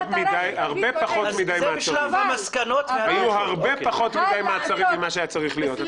היו הרבה פחות מדי מעצרים ממה שהיה צריך להיות,